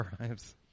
arrives